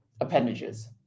appendages